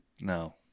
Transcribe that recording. No